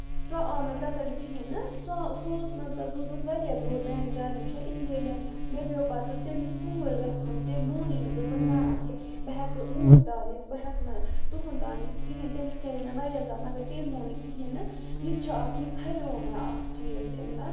سُہ آو نہٕ تَتین کِہینۍ نہٕ سُہ اوس مطلب روٗدمُت واریاہ دوٗر میانہِ گرِ نِش اس لیے مےٚ مےٚ پیٚو پَتہٕ تٔمِس توٗر گژھُن تٔمۍ مونُے نہٕ دوٚپُن نہ بہٕ ہیٚکہٕ اُورۍ تانۍ یِتھ بہٕ ہیٚکہٕ نہٕ تُہُند تانۍ یِتھ کِہیٖںی نہٕ تٔمِس کَرے مےٚ واریاہ زار مَگر تٔمۍ مون نہٕ کِہینۍ نہٕ یہِ تہِ چھُ اکھ یہِ کھریو مےٚ اکھ چیٖز اَمہِ منٛز